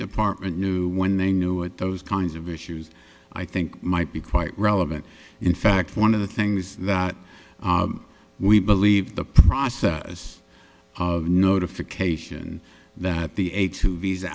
department knew when they knew it those kinds of issues i think might be quite relevant in fact one of the things that we believe the process of notification that the